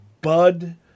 bud